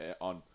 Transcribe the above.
on